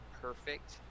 perfect